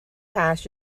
hash